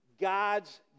God's